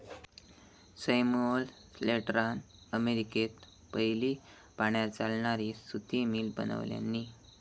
Samuel स्लेटरान अमेरिकेत पयली पाण्यार चालणारी सुती मिल बनवल्यानी